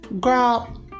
girl